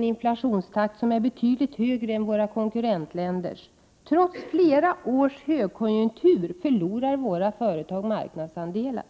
Inflationstakten i Sverige är i dag betydligt högre än den är i konkurrentländerna. Trots flera års högkonjunktur förlorar svenska företag marknadsandelar.